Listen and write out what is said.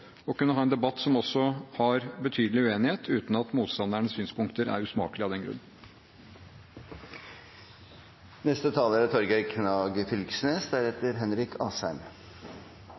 som også har betydelig uenighet uten at motstanderens synspunkter er usmakelige av den grunn. Representanten Torgeir Knag Fylkesnes